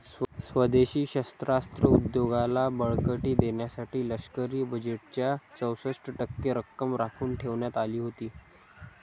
स्वदेशी शस्त्रास्त्र उद्योगाला बळकटी देण्यासाठी लष्करी बजेटच्या चौसष्ट टक्के रक्कम राखून ठेवण्यात आली होती